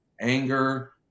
anger